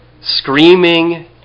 screaming